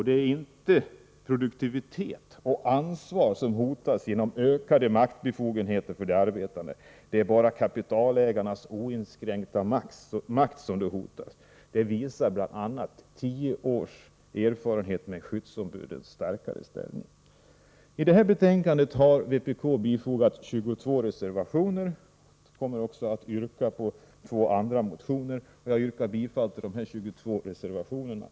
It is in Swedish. Det är inte produktivitet och ansvar som hotas genom ökade maktbefogenheter för de arbetande — det är bara kapitalägarnas oinskränkta makt som är hotad. Det visar bl.a. tio års erfarenhet av skyddsombudens starkare ställning. Till detta betänkande har vpk fogat 22 reservationer. Jag kommer också att yrka bifall till 2 motioner. I det här läget yrkar jag bifall till de 22 reservationerna.